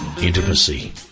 intimacy